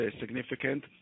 significant